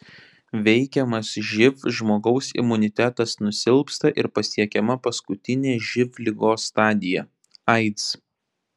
veikiamas živ žmogaus imunitetas nusilpsta ir pasiekiama paskutinė živ ligos stadija aids